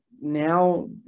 now